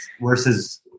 versus